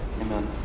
Amen